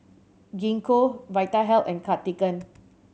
Gingko Vitahealth and Cartigain